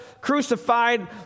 crucified